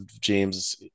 James